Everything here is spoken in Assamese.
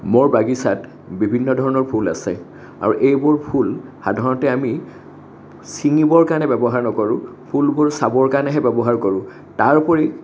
মোৰ বাগিচাত বিভিন্ন ধৰণৰ ফুল আছে আৰু এইবোৰ ফুল সাধাৰণতে আমি চিঙিবৰ কাৰণে ব্যৱহাৰ নকৰোঁ ফুলবোৰ চাবৰ কাৰণেহে ব্যৱহাৰ কৰোঁ তাৰ উপৰি